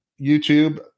YouTube